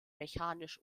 mechanisch